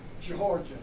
Georgia